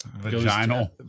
Vaginal